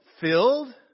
filled